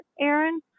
Aaron